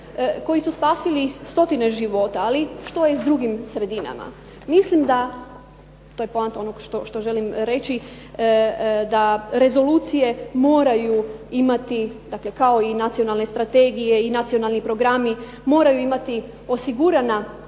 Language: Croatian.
koji su spasili stotine života. Ali što je s drugim sredinama? Mislim da, to je poanta onog što želim reći, da rezolucije moraju imati, dakle kao i nacionalne strategije i nacionalni programi, moraju imati osigurana